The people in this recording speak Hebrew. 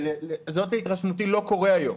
זאת להתרשמותי לא קורה היום,